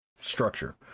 structure